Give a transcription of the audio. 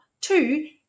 Two